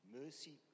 mercy